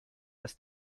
das